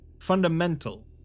fundamental